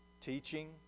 teaching